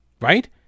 right